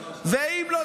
ואם לא,